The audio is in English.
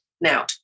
now